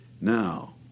Now